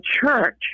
church